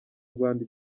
rwanda